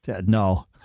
no